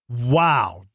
Wow